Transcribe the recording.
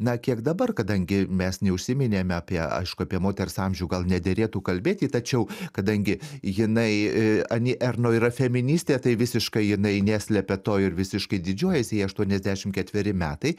na kiek dabar kadangi mes neužsiminėme apie aišku apie moters amžių gal nederėtų kalbėti tačiau kadangi jinai ani erno yra feministė tai visiškai jinai neslepia to ir visiškai didžiuojasi jai aštuoniasdešim ketveri metai